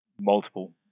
multiple